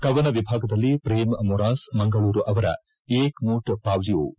ಕವನ ವಿಭಾಗದಲ್ಲಿ ಕ್ಷೇಮ್ ಮೊರಾಸ್ ಮಂಗಳೂರು ಅವರ ಏಕ್ ಮೂಟ್ ಪಾವ್ಲೊ್ಧ